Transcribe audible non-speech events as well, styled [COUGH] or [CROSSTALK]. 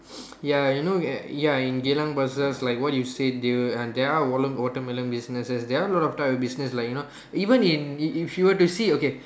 [NOISE] ya you know [NOISE] ya in Geylang bazaars like what you said they will and there are watermelon businesses there are a lot type of business like you know even in if you were to see okay